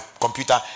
computer